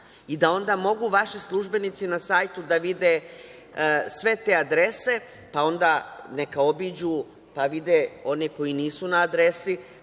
i da onda mogu vaši službenici na sajtu da vide sve te adrese, pa onda neka obiđu pa vide oni koji nisu na adresi,